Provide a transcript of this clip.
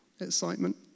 excitement